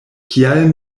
kial